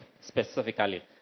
specifically